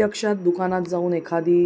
प्रत्यक्षात दुकानात जाऊन एखादी